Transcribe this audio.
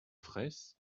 fraysse